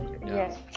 yes